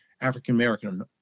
African-American